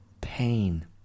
pain